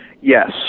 Yes